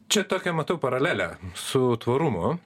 čia tokią matau paralelę su tvarumu